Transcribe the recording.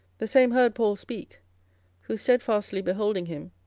the same heard paul speak who stedfastly beholding him,